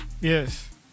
yes